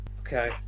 Okay